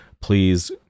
please